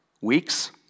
Weeks